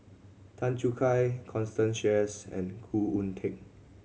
Tan Choo Kai Constance Sheares and Khoo Oon Teik